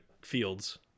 fields